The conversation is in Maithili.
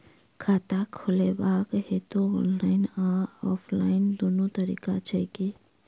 खाता खोलेबाक हेतु ऑनलाइन आ ऑफलाइन दुनू तरीका छै की?